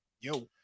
Yo